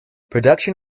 production